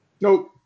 Nope